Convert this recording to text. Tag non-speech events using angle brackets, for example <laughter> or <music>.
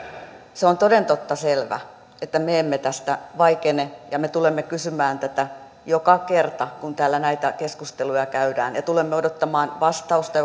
se on toden totta selvä että me emme tästä vaikene ja me tulemme kysymään tätä joka kerta kun täällä näitä keskusteluja käydään ja tulemme odottamaan vastausta <unintelligible>